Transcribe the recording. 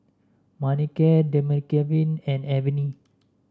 Manicare Dermaveen and Avene